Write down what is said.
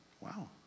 wow